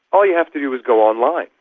all you have to do is go online,